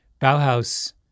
Bauhaus